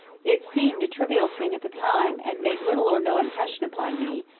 it seemed a trivial thing at the time and made little or no impression upon me,